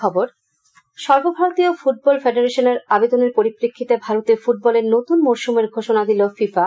football সর্ব ভারতীয় football ফেডারেশনের আবেদনের পরিপ্রেক্ষিতে ভারতে ফুটবলের নতুন মরশুমের ঘোষণা দিল ফিফা